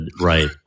right